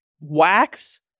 wax